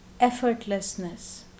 effortlessness